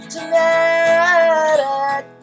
Tonight